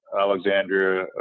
Alexandria